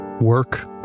work